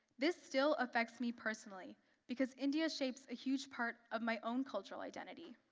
this still affects me personally because india shapes a huge part of my own cultural identity.